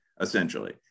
essentially